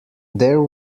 there